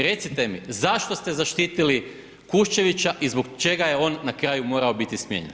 Recite mi zašto ste zaštitili Kuščevića i zbog čega je on na kraju morao biti smijenjen?